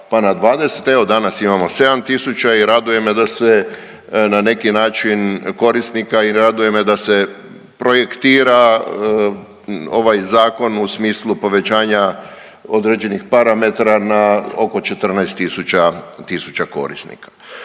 pa na 20. Evo danas imamo 7000 i raduje me da se na neki način korisnika i raduje me da se projektira ovaj zakon u smislu povećanja određenih parametara na oko 14000 korisnika.